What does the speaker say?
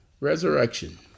resurrection